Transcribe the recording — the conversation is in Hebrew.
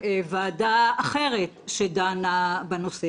בוועדה אחרת שדנה בנושא,